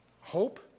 hope